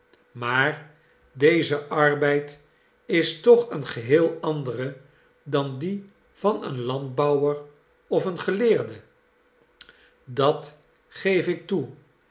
maar deze arbeid is toch een geheel andere dan die van een landbouwer of een geleerde dat geef ik toe